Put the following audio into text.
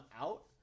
out